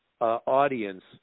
audience